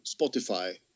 Spotify